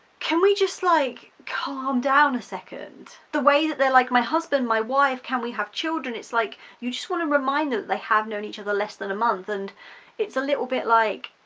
can we just like calm down a second. the way that they're like my husband my wife can we have children it's like you just want to remind them they have known each other less than a month and it's a little bit like,